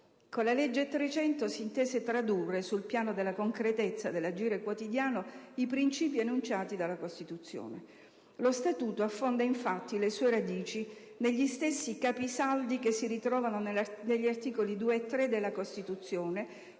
Con la legge n. 300 si intese tradurre, sul piano della concretezza dell'agire quotidiano, i principi enunciati dalla Costituzione. Lo Statuto affonda infatti le sue radici negli stessi capisaldi che si ritrovano negli articoli 2 e 3 della Costituzione,